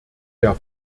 der